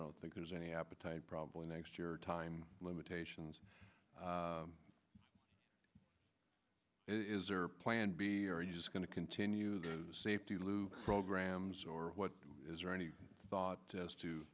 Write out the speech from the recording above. don't think there's any appetite probably next year time limitations it is or plan b are just going to continue the safety loop programs or what is there any thought as to